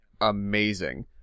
amazing